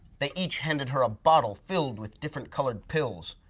they each handed her a bottle filled with different colored pills.